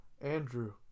andrew